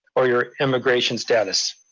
or your immigration status.